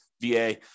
VA